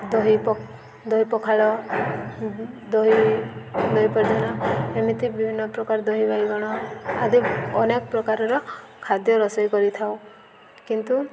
ଦହି ପ ଦହି ପଖାଳ ଦହି ଦହି ଏମିତି ବିଭିନ୍ନ ପ୍ରକାର ଦହି ବାଇଗଣ ଆଦି ଅନେକ ପ୍ରକାରର ଖାଦ୍ୟ ରୋଷେଇ କରିଥାଉ କିନ୍ତୁ